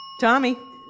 Tommy